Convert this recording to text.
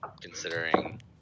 considering